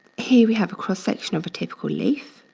here we have a cross-section of a typical leaf.